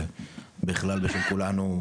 ובכלל בשם כולנו,